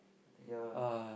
ya